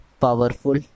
powerful